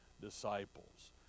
disciples